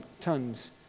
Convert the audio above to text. tons